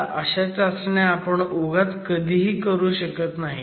आता अशा चाचण्या आपण उगाच कधीही करू शकत नाही